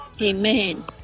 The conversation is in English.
Amen